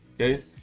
Okay